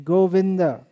Govinda